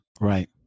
Right